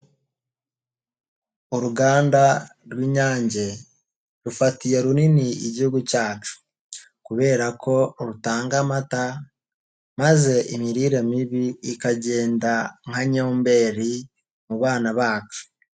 Uruganda rw'Inyange rufatiye runini igihugu cyacu kubera ko rutanga amata maze, imirire mibi ikagenda nka nyomberi mu bana bacu.